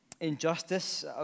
injustice